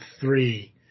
three